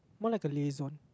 more like a liaison